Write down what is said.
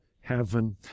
heaven